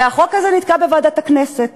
והחוק הזה נתקע בוועדת הכנסת